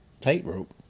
tightrope